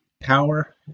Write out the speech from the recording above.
power